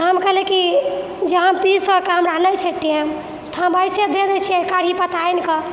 तऽ हम कहलिए कि जे हम पिसैके हमरा नहि छै टाइम तऽ हम एहिसँ दऽ दै छिए कढ़ी पत्ता आनिके